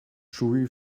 chewy